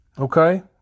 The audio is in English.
okay